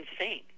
insane